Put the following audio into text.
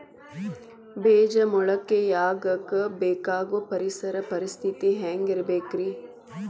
ಬೇಜ ಮೊಳಕೆಯಾಗಕ ಬೇಕಾಗೋ ಪರಿಸರ ಪರಿಸ್ಥಿತಿ ಹ್ಯಾಂಗಿರಬೇಕರೇ?